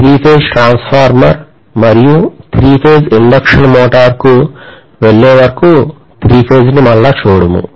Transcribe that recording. కాబట్టి three phase transformer మరియు three phase induction మోటారుకు వెళ్ళే వరకు త్రీ ఫేజ్ ను మళ్ళీ చూడము